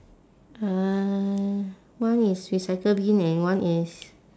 uh one is recycle bin and one is